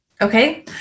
Okay